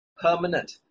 permanent